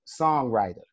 songwriter